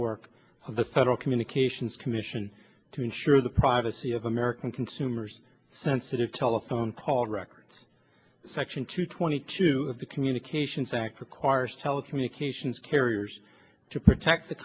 of the federal communications commission to ensure the privacy of american consumers sensitive telephone call records section two twenty two of the communication facts requires telecommunications carriers to protect the